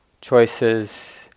choices